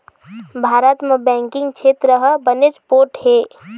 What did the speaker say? भारत म बेंकिंग छेत्र ह बनेच पोठ हे